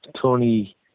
Tony